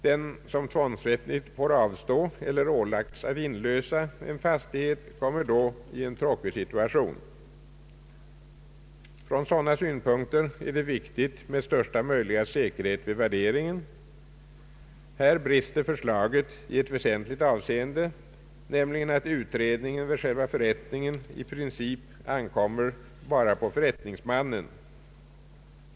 Den som tvångsmässigt fått avstå eller ålagts att inlösa en fastighet kommer då i en tråkig situation. Från sådana synpunkter är det viktigt med största möjliga säkerhet vid värderingen. Här brister förslaget i ett väsentligt avseende, nämligen att ut redningen vid själva förrättningen i princip ankommer på förrättningsmannen.